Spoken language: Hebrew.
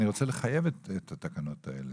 אני רוצה לחייב את התקנות האלה,